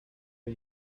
are